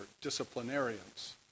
disciplinarians